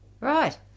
Right